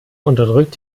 unterdrückt